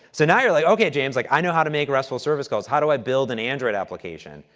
so and you're like, okay, james, like i know how to make restful service calls, how do i build and android application?